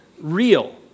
real